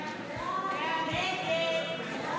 הסתייגות 85 לחלופין א לא